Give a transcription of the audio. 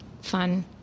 fun